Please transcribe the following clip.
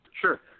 Sure